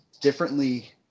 differently